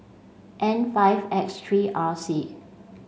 N five X three R C